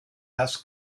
das